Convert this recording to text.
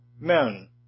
men